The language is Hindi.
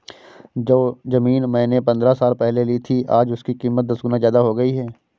जो जमीन मैंने पंद्रह साल पहले ली थी, आज उसकी कीमत दस गुना जादा हो गई है